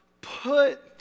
put